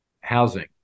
Housing